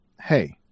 hey